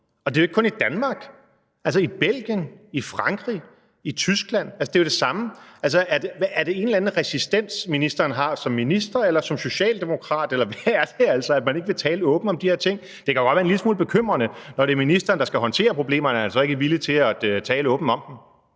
Og det er jo ikke kun i Danmark. I Belgien, i Frankrig, i Tyskland er det jo det samme. Er det en eller anden resistens, ministeren har som minister eller som socialdemokrat, eller hvad er det, der gør, at man ikke vil tale åbent om de her ting? Det kan da godt være en lille smule bekymrende, når det er ministeren, der skal håndtere problemerne, at han så ikke er villig til at tale åbent om dem.